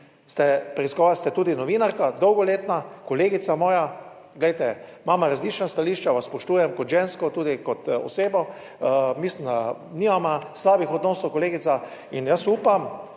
preiskovali, ste tudi novinarka, dolgoletna kolegica moja. Glejte, imamo različna stališča. Vas spoštujem kot žensko, tudi kot osebo. Mislim, da nimamo slabih odnosov, kolegica. In jaz upam,